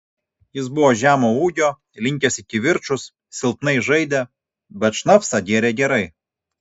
jis buvo žemo ūgio linkęs į kivirčus silpnai žaidė bet šnapsą gėrė gerai